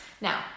Now